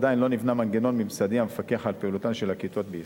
עדיין לא נבנה מנגנון ממסדי המפקח על פעילותן של הכתות בישראל.